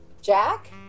Jack